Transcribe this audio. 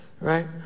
Right